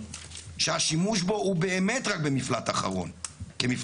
שהשימוש בו הוא באמת רק כמפלט אחרון.